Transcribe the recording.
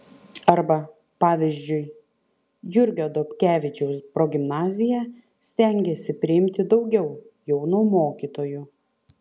arba pavyzdžiui jurgio dobkevičiaus progimnazija stengiasi priimti daugiau jaunų mokytojų